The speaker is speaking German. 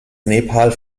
nepal